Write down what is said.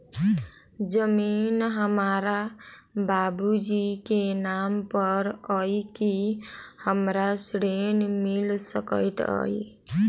जमीन हमरा बाबूजी केँ नाम पर अई की हमरा ऋण मिल सकैत अई?